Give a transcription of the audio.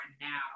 now